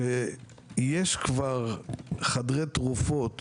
שיש כבר חדרי תרופות